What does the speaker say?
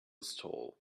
stall